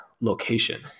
location